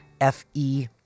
F-E